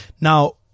Now